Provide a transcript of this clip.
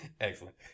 Excellent